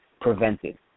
prevented